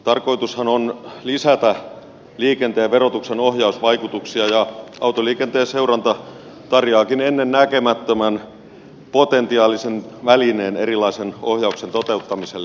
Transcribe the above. tarkoitushan on lisätä liikenteen verotuksen ohjausvaikutuksia ja autoliikenteen seuranta tarjoaakin ennennäkemättömän potentiaalisen välineen ohjauksen toteuttamiselle